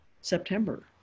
September